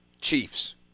Chiefs